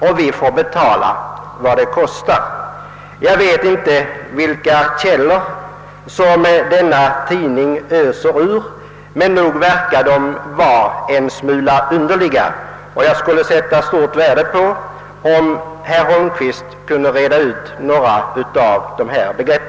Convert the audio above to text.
Och vi får betala vad det kostar.» Jag vet inte vilka källor denna tidning öser ur, men nog verkar de en smula underliga, och jag skulle sätta stort värde på om statsrådet Holmpvist kunde reda ut några av dessa begrepp.